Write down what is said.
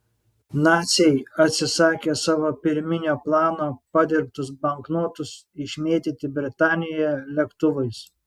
naciai atsisakė savo pirminio plano padirbtus banknotus išmėtyti britanijoje lėktuvais